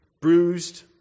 bruised